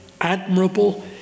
admirable